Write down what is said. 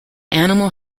animal